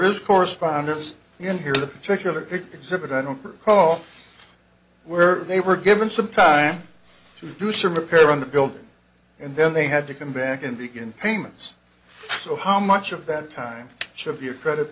is correspondence in here the particular exhibit i don't recall where they were given some time to do some repair on the building and then they had to come back and begin payments so how much of that time should be a credit